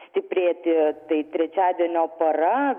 stiprėti tai trečiadienio para